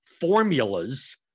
formulas